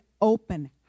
open